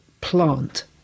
plant